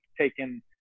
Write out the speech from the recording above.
taken